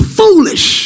foolish